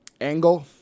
Angle